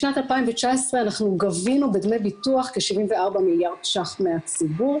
בשנת 2019 אנחנו גבינו בדמי ביטוח כ-74 מיליארד ₪ מהציבור,